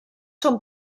són